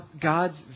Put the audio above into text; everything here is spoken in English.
God's